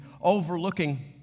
overlooking